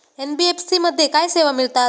NBFC मध्ये काय सेवा मिळतात?